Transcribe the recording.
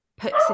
puts